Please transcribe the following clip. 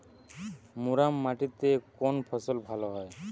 মুরাম মাটিতে কোন ফসল ভালো হয়?